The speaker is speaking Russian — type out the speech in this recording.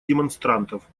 демонстрантов